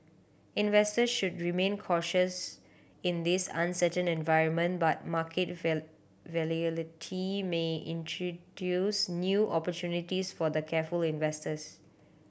investors should remain cautious in this uncertain environment but market volatility may introduce new opportunities for the careful investors